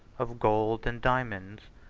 of gold and diamonds,